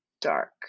dark